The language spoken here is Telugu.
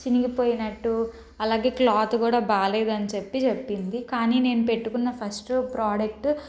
చినిగిపోయినట్టు అలాగే క్లాత్ కూడా బాగలేదు అని చెప్పి చెప్పింది కానీ నేను పెట్టుకున్న ఫస్ట్ ప్రోడక్ట్